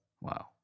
Wow